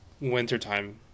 wintertime